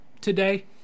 today